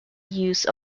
use